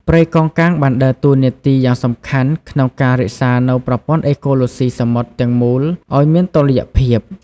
ព្រៃកោងកាងបានដើរតួនាទីយ៉ាងសំខាន់ក្នុងការរក្សានូវប្រព័ន្ធអេកូឡូស៊ីសមុទ្រទាំងមូលឲ្យមានតុល្យភាព។